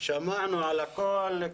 שמענו על הכול,